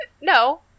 No